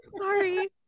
Sorry